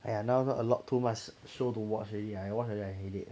!aiya! now got a lot too much show to watch already lah I watch already I headache ah